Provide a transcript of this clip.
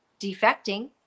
defecting